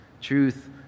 Truth